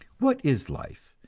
what is life,